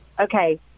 Okay